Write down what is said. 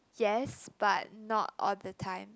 yes but not all the time